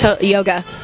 Yoga